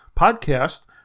Podcast